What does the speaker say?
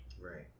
right